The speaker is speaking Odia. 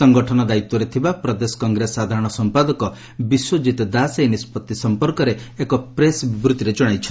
ସଂଗଠନ ଦାୟିତ୍ୱରେ ଥିବା ପ୍ରଦେଶ କଂଗ୍ରେସ ସାଧାରଣ ସମ୍ମାଦକ ବିଶ୍ୱକିତ ଦାସ ଏହି ନିଷ୍ବଭି ସମ୍ମର୍କରେ ଏକ ପ୍ରେସ ବିବୃଭିରେ ଜଣାଇଛନ୍ତି